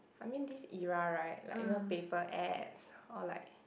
I mean this era right like you know paper ads or like